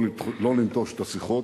לא לנטוש את השיחות.